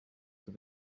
with